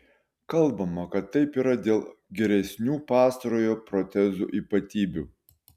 kalbama kad taip yra dėl geresnių pastarojo protezų ypatybių